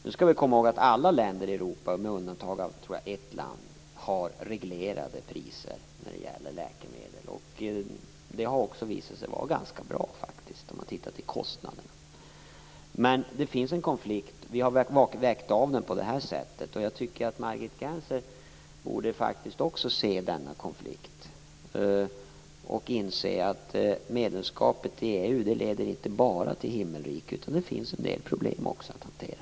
Vi skall komma ihåg att alla länder i Europa med undantag för ett har reglerade priser på läkemedel. Det har visat sig vara ganska bra om man tittar till kostnaderna. Det finns en konflikt. Vi har vägt av den på detta sätt. Jag tycker att Margit Gennser också borde se denna konflikt. Hon borde inse att medlemskapet i EU inte bara leder till himmelriket. Det finns också en del problem att hantera.